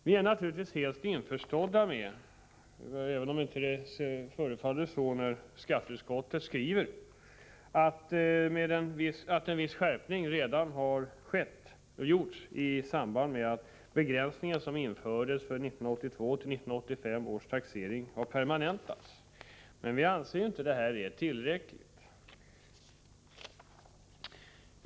Vi är naturligtvis helt införstådda med — även om det inte förefaller så av skatteutskottets skrivning — att en viss skärpning redan har gjorts i samband med att den begränsning som infördes för 1982-1985 års taxeringar har permanentats. Men vi anser inte detta vara tillräckligt.